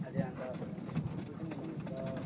अझ अन्त उयो पनि दिनु हुन्छ